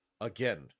Again